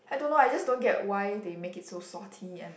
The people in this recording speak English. I don't know I just don't get why they make it so salty and